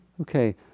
Okay